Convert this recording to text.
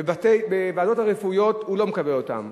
בוועדות הרפואיות הוא לא מקבל אותה,